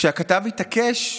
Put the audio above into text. כשהכתב התעקש,